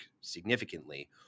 significantly